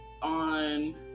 on